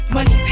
Money